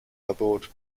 verbot